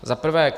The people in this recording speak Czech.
Za prvé.